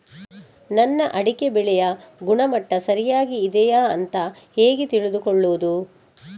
ನನ್ನ ಅಡಿಕೆ ಬೆಳೆಯ ಗುಣಮಟ್ಟ ಸರಿಯಾಗಿ ಇದೆಯಾ ಅಂತ ಹೇಗೆ ತಿಳಿದುಕೊಳ್ಳುವುದು?